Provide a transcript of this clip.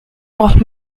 braucht